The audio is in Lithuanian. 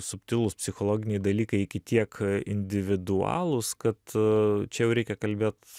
subtilūs psichologiniai dalykai iki tiek individualūs kad čia jau reikia kalbėt